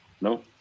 No